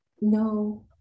no